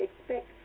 expect